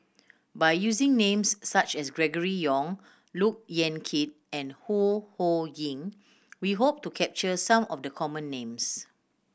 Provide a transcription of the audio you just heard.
by using names such as Gregory Yong Look Yan Kit and Ho Ho Ying we hope to capture some of the common names